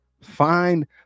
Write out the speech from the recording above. Find